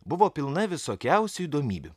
buvo pilna visokiausių įdomybių